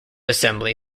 assembly